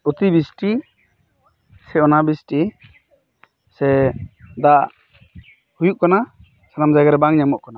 ᱚᱛᱤ ᱵᱤᱥᱴᱤ ᱥᱮ ᱚᱱᱟ ᱵᱤᱥᱴᱤ ᱥᱮ ᱫᱟᱜ ᱦᱩᱭᱩᱜ ᱠᱟᱱᱟ ᱥᱟᱱᱟᱢ ᱡᱟᱭᱜᱟ ᱨᱮ ᱵᱟᱝ ᱧᱟᱢᱚᱜ ᱠᱟᱱᱟ